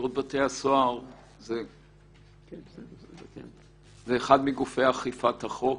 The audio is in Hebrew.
שירות בתי הסוהר זה אחד מגופי אכיפת החוק,